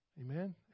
Amen